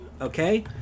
okay